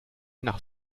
nach